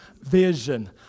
Vision